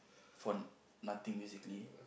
for nothing basically